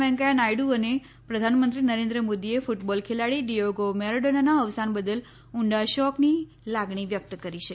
વૈકેંયા નાયડુ અને પ્રધાનમંત્રી નરેન્દ્ર મોદીએ ક્રટબોલ ખેલાડી ડિયેગો મેરાડોનાના અવસાન બદલ ઊંડા શોકની લાગણી વ્યક્ત કરી છે